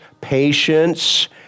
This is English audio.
patience